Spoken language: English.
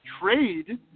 trade